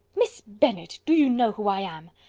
miss bennet, do you know who i am?